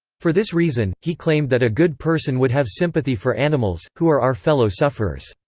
for this reason, he claimed that a good person would have sympathy for animals, who are our fellow sufferers.